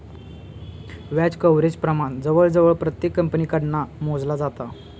व्याज कव्हरेज प्रमाण जवळजवळ प्रत्येक कंपनीकडना मोजला जाता